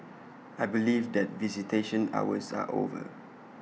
I believe that visitation hours are over